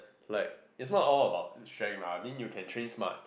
like is not all about strength lah I mean you can train smart